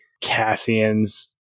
Cassian's